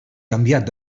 canviat